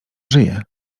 żyje